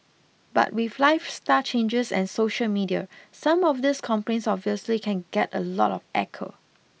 but with lifestyle changes and social media some of these complaints obviously can get a lot of echo